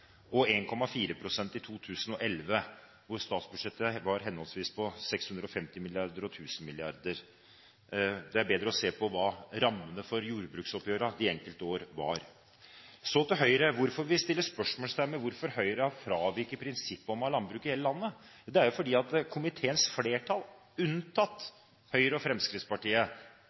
og 1,4 pst. i 2011, da statsbudsjettet var på henholdsvis 650 mrd. kr og 1 000 mrd. kr. Det er bedre å se på hva rammene var for jordbruksoppgjørene de enkelte år. Så til Høyre. Hvorfor setter vi spørsmålstegn ved hvorfor Høyre har fraveket prinsippet om å ha landbruk i hele landet? Det er fordi komiteens flertall, unntatt Høyre og Fremskrittspartiet,